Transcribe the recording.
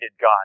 God